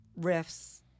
riffs